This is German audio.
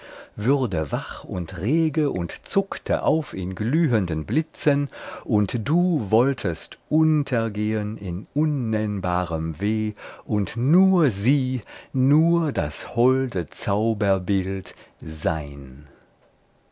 würde wach und rege und zuckte auf in glühenden blitzen und du wolltest untergehen in unnennbarem weh und nur sie nur das holde zauberbild sein